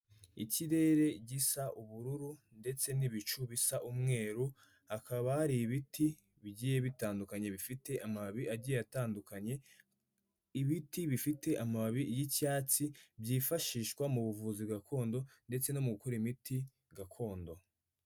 Ikirere gisa ubururu, ndetse n'ibicu bisa umweru, hakaba hari ibiti bigiye bitandukanye, bifite amababi agiye atandukanye, ibiti bifite amababi y'icyatsi byifashishwa mu buvuzi gakondo, ndetse no mu gukora imiti gakondo.